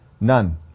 None